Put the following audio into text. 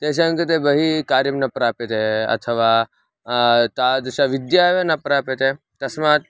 तेषां कृते बहिः कार्यं न प्राप्यते अथवा तादृशविद्या एव न प्राप्यते तस्मात्